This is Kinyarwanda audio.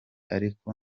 ariko